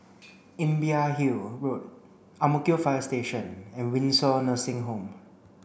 Imbiah Hill Road Ang Mo Kio Fire Station and Windsor Nursing Home